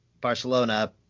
Barcelona